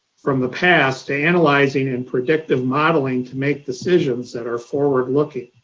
from the past to analyzing and predictive modeling to make decisions that are forward-looking.